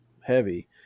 heavy